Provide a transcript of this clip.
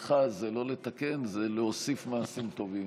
שבעניינך זה לא לתקן, זה להוסיף מעשים טובים.